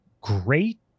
great